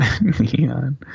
Neon